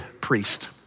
priest